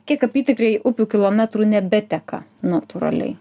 kiek apytikriai upių kilometrų nebeteka natūraliai